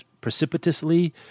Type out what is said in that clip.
precipitously